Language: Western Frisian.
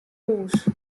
hús